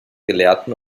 gelehrten